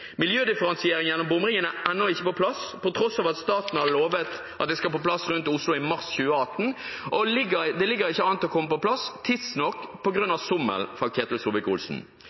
Miljødifferensiering ved bomringene er ennå ikke på plass, på tross av at staten har lovet at det skal på plass rundt Oslo i mars 2018. Det ligger ikke an til å komme på plass tidsnok, på grunn av sommel fra Ketil